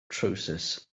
trowsus